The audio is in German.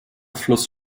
fluss